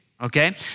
okay